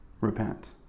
Repent